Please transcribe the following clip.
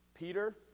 Peter